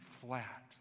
flat